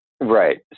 Right